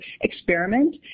experiment